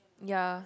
ya